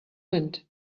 wind